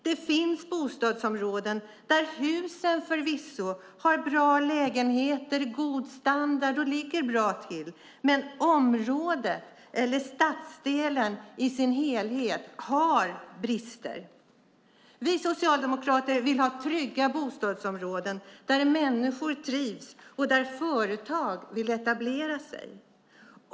Det finns bostadsområden där husen förvisso har bra lägenheter, god standard och ligger bra till, men området eller stadsdelen i sin helhet har brister. Vi socialdemokrater vill ha trygga bostadsområden där människor trivs och där företag vill etablera sig.